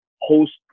host